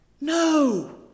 no